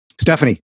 Stephanie